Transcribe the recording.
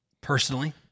personally